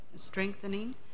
strengthening